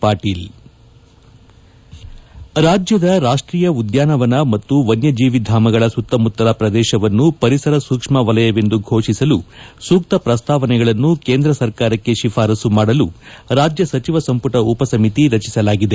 ಪಾಟೀಲ್ ರಾಜ್ಯದ ರಾಷ್ಟ್ರೀಯ ಉದ್ಯಾನವನ ಮತ್ತು ವನ್ಯಜೀವಿಧಾಮಗಳ ಸುತ್ತಮುತ್ತಲ ಪ್ರದೇಶವನ್ನು ಪರಿಸರ ಸೂಕ್ಷ್ಮ ವಲಯವೆಂದು ಘೋಷಿಸಲು ಸೂಕ್ತ ಪ್ರಸ್ತಾವನೆಗಳನ್ನು ಕೇಂದ್ರ ಸರ್ಕಾರಕ್ಕೆ ಶಿಫಾರಸ್ಸು ಮಾಡಲು ರಾಜ್ಯ ಸಚಿವ ಸಂಪುಟ ಉಪಸಮಿತಿ ರಚಿಸಲಾಗಿದೆ